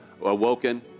awoken